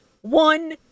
One